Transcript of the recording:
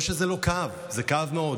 לא שזה לא כאב, זה כאב מאוד.